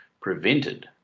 prevented